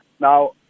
Now